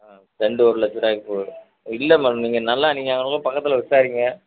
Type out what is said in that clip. ஆ cent ஒரு லட்சருபாய்க்கு போகுது இல்லை மேடம் நீங்கள் நல்லா நீங்கள் அங்கே இருக்க பக்கத்தில் விசாரியுங்க